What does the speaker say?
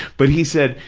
but he said,